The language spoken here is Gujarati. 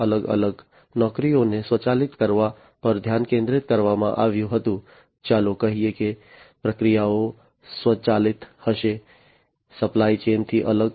અલગ અલગ નોકરીઓને સ્વચાલિત કરવા પર ધ્યાન કેન્દ્રિત કરવામાં આવ્યું હતું ચાલો કહીએ કે પ્રક્રિયાઓ સ્વયંસંચાલિત હશે સપ્લાય ચેઇન થી અલગ